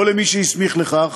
או למי שהסמיך לכך,